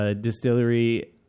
distillery